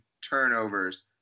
turnovers